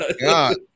god